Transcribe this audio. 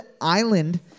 Island